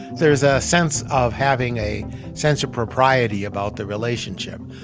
there's a sense of having a sense of propriety about the relationship.